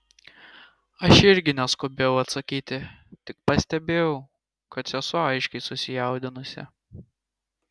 aš irgi neskubėjau atsakyti tik pastebėjau kad sesuo aiškiai susijaudinusi